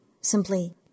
simply